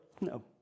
no